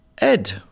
Ed